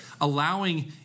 allowing